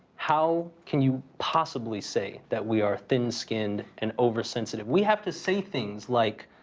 how can you possibly say that we are thin-skinned and oversensitive? we have to say things like,